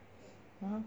!huh!